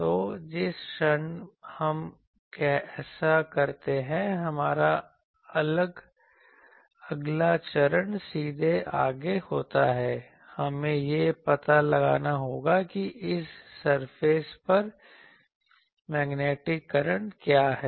तो जिस क्षण हम ऐसा करते हैं हमारा अगला चरण सीधे आगे होता है हमें यह पता लगाना होगा कि इस सरफेस पर मैग्नेटिक करंट मैग्नेटिक करंट क्या है